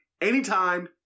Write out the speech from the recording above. anytime